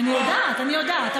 אני יודעת, אני יודעת.